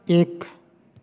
एक